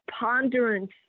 ponderance